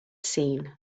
seen